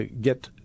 get